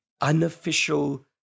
unofficial